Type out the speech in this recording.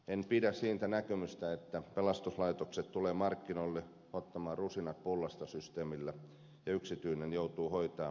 en pidä siitä näkemyksestä että pelastuslaitokset tulevat markkinoille ottaa rusinat pullasta systeemillä ja yksityinen joutuu hoitamaan haja asutusalueen ambulanssipalvelut